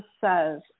says